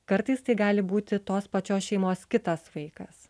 kartais tai gali būti tos pačios šeimos kitas vaikas